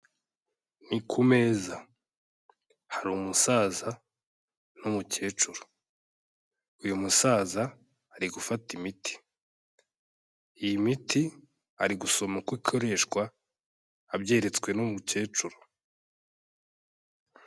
Ni ku meza, hari umusaza n'umukecuru, uyu musaza ari gufata imiti, iyi miti ari gusoma uko ikoreshwa abyeretswe n'umukecuru.